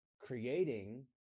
creating